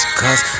cause